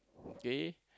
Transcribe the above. K